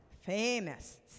Famous